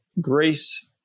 grace